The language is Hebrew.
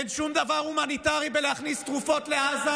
אין שום דבר הומניטרי בלהכניס תרופות לעזה,